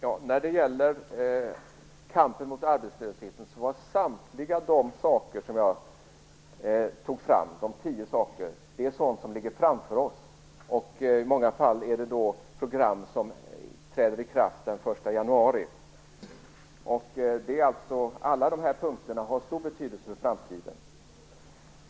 Herr talman! I kampen mot arbetslösheten handlar samtliga de tio punkter jag tog upp sådant som ligger framför oss. I många fall gäller det program som träder i kraft den 1 januari. Alla dessa punkter har alltså stor betydelse för framtiden.